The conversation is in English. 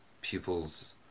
pupils